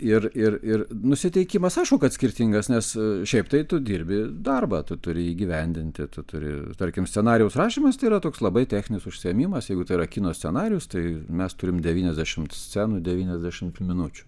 ir ir ir nusiteikimas aišku kad skirtingas nes šiaip tai tu dirbi darbą tu turi įgyvendinti tu turi tarkim scenarijaus rašymas tai yra toks labai techninis užsiėmimas jeigu tai yra kino scenarijus tai mes turim devyniasdešimt scenų devyniasdešimt minučių